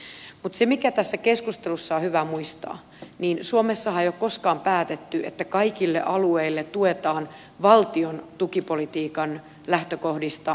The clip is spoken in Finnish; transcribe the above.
mutta se mikä tässä keskustelussa on hyvä muistaa on se että suomessahan ei ole koskaan päätetty että kaikilla alueilla tuetaan valtion tukipolitiikan lähtökohdista laajakaistarakentamista